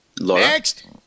Next